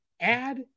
add